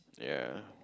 ya